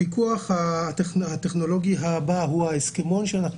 הפיקוח הטכנולוגי הבא הוא ההסכמון שאנחנו